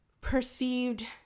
perceived